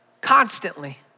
constantly